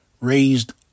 raised